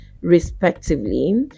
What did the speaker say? respectively